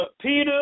Peter